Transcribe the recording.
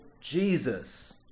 Jesus